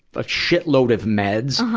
a shitload of meds.